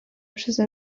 przeze